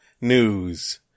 news